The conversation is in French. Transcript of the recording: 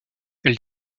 elle